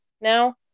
now